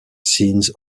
scenes